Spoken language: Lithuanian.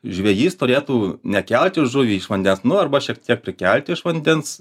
žvejys turėtų nekelti žuvį iš vandens nu arba šiek tiek prikelti iš vandens